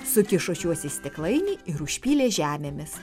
sukišo šiuos į stiklainį ir užpylė žemėmis